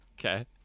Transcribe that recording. Okay